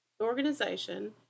organization